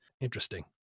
Interesting